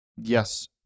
yes